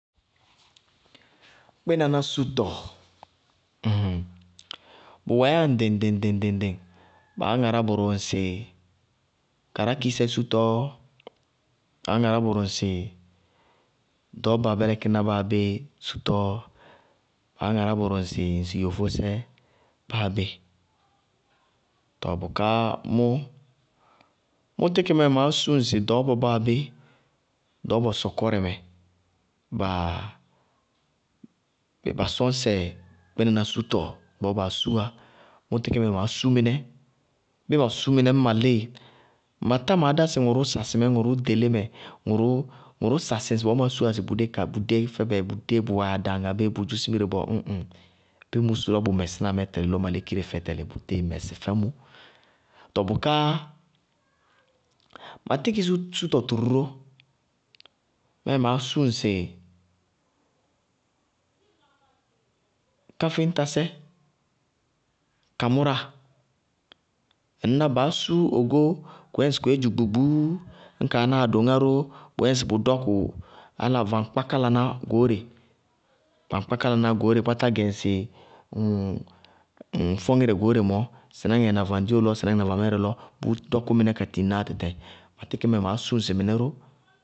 Kpínaná sútɔ, bʋwɛɛyá ŋɖɩŋ-ŋɖɩŋ ŋɖɩŋ-ŋɖɩŋ, baá ŋará bʋrʋ ŋsɩ karákisɛ sútɔ, baá ŋará bʋrʋ ŋsɩ ɖɔɔba bɛlɛkɩná báa bé sútɔ, baá ŋará bʋrʋ ŋsɩ yofósɛ sútɔ báa bé. Tɔɔ bʋká mʋ, mʋ tíkɩ má yɛ maá sú ŋsɩ ɖɔɔbɔ báa bé, ɖɔɔbɔ sɔkɔrɛ mɛ, ba sɔñsɛ kpínaná sútɔ bɔɔ baa súwá, mʋ tíkɩ má yɛ maá sú mɩnɛ, bíɩ ma sú mɩnɛ ñŋ ma líɩ, ma tá maá dá sɩ ŋʋrʋʋ sasɩmɛ ŋʋrʋʋ ɖelémɛ ŋʋrʋʋ ŋʋrʋʋ sasɩ bɔɔ má súwá sɩ bʋ dé ka bʋ dé fɛbɛ bʋdé bʋwɛ adaŋ abéé bʋdzʋ simire bɔɔ ñ ŋ, bíɩ mʋ sú lɔ bʋ mɛsína mɛ tɛlɩ lɔ ma lékire fɛ tɛlɩ, bʋ tíɩ mɛsí fɛ mʋ. Tɔɔ bʋká ma tíkɩ sútɔ tʋrʋ ró, má yɛ maá sú ŋsɩ káfíñtasɛ kamʋráa, ŋñná baá sú ogó kʋyɛ ŋsɩ kʋ yɛ dzugbugbuu, ñ kaa ná adoŋá ró bʋyɛ ŋsɩ bʋ dɔkʋ áláŋ vaŋkpákálaná goóre, vaŋkpákálaná goóre kpátá gɛ ŋsɩ ŋ fɔŋírɛ goóre mɔɔ, sɩnáŋɛ na vaŋɖío lɔ sɩnáŋɛ na vamɛɛrɛ lɔ, bʋʋ dɔkʋ mɩnɛ ka tɩŋná atɛtɛ, ma tíkɩ má yɛ maá sú ŋsɩ mɩnɛ ró.